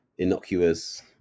innocuous